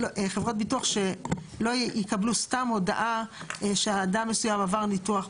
חברות ביטוח שלא יקבלו סתם הודעה שאדם מסוים עבר ניתוח בשב"ן.